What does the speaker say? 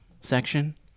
section